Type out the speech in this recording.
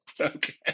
Okay